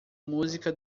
música